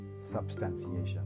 substantiation